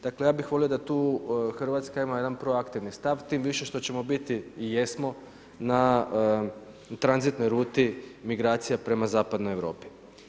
Dakle, ja bi volio da tu Hrvatska ima jedan proaktivni stav, tim više što ćemo biti i jesmo na tranzitnoj ruti, migracije, prema zapadnoj Europi.